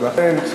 אז לכן,